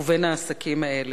ובין העסקים האלה.